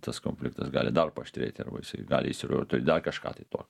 tas konfliktas gali dar paaštrėti arba jisai gali išsirut į dar kažką tai to